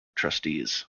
trustees